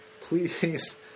please